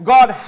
God